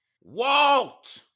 Walt